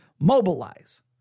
mobilize